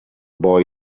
boy